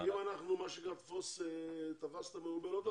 אם אנחנו במצב של תפסת מרובה לא תפסת,